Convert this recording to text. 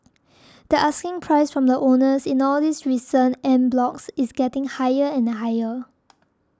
the asking price from the owners in all these recent en blocs is getting higher and higher